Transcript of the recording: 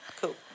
Cool